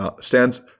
stands